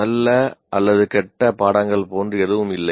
நல்ல அல்லது கெட்ட பாடங்கள் போன்று எதுவும் இல்லை